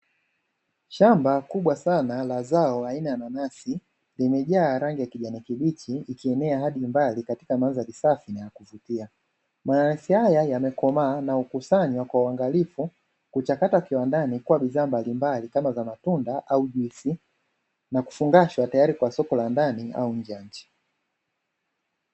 Shamba kubwa sana la zao aina ya nanasi limejaa rangi ya kijani kibichi ikienea hadi umbali katika mandhari safi na ya kuvutia. Mananasi haya yamekomaa na hukusanywa kwa uwaangalifu kuchakata kiwandani kuwa bidhaa mbalimbali kama za matunda au juisi na kufungashwa tayari kwa soko la ndani au nje ya nchi.